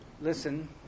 listen